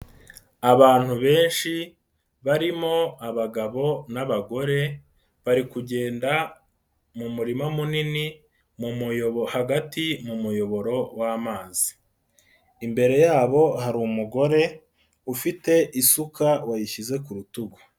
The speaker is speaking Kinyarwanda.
Abantu benshi barimo abagabo n'abagore, bari kugenda mu murima munini hagati mu muyoboro w'amazi. Imbere yabo hari umugore, ufite isuka wayishyize ku rutugu.